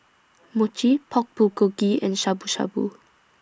Mochi Pork Bulgogi and Shabu Shabu